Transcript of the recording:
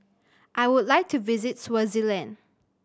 I would like to visit Swaziland